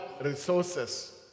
resources